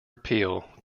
appeal